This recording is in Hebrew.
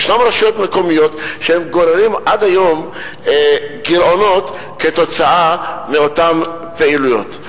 יש רשויות מקומיות שגוררות עד היום גירעונות כתוצאה מאותן פעילויות.